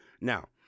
Now